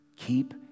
Keep